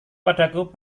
padaku